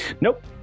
Nope